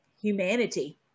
humanity